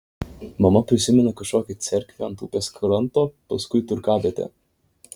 mama prisimena kažkokią cerkvę ant upės kranto paskui turgavietę